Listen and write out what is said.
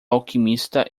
alquimista